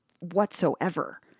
whatsoever